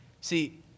See